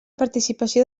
participació